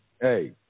Hey